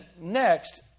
next